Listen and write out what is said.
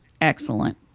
Excellent